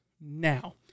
now